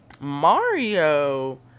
Mario